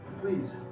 Please